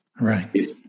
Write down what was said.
Right